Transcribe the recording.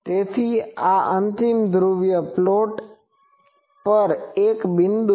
તેથી આ અંતિમ ધ્રુવીય પ્લોટ પર એક બિંદુ છે